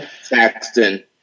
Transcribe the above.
Saxton